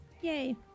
Yay